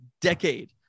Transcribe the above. decade